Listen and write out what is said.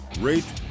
rate